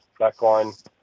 backline